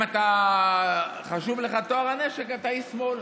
אם חשוב לך טוהר הנשק, אתה איש שמאל.